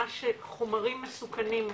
חומרים מסוכנים,